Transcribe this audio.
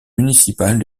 municipal